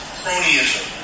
cronyism